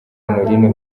honorine